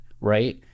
right